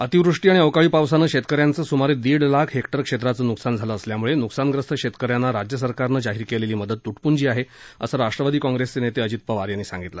अतिवृष्टी आणि अवकाळी पावसानं शेतक याचं स्मारे दीड लाख हेक्टर क्षेत्राचं न्कसान झालं असल्याम्ळे न्कसानग्रस्त शेतक यांना राज्य सरकारनं जाहीर केलेली मदत त्टपंजी आहे असं राष्ट्रवादी काँग्रेसचे नेते अजित पवार यांनी सांगितलं